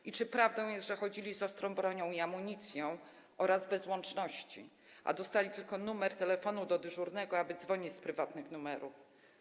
I czy prawdą jest, że chodzili z ostrą bronią i amunicją oraz bez łączności, a dostali tylko numer telefonu do dyżurnego, aby dzwonić z prywatnych numerów?